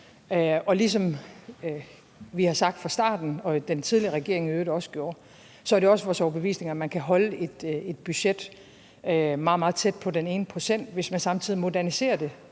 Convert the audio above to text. Og ligesom vi har sagt fra starten af – hvad den tidligere regering i øvrigt også gjorde – så er det også vores overbevisning, at man kan holde et budget meget, meget tæt på den ene procent, hvis man samtidig moderniserer det,